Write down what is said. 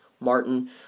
Martin